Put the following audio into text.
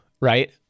right